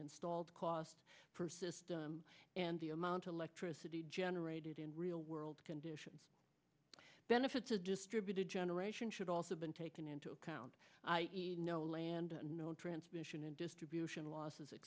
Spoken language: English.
installed cost per system and the amount of electricity generated in real world conditions benefits a distributed generation should also been taken into account no land no transmission and distribution losses et